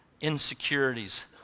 insecurities